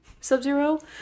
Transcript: sub-zero